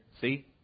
see